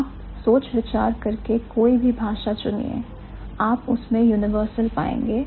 आप सोच विचार करके कोई भी भाषा चुनिए आप उसमें universal पाएंगे